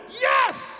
yes